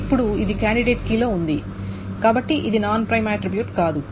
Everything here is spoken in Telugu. ఇప్పుడు ఇది కాండిడేట్ కీలో ఉంది కాబట్టి ఇది నాన్ ప్రైమ్ ఆట్రిబ్యూట్ కాదు